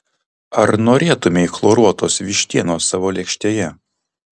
ar norėtumei chloruotos vištienos savo lėkštėje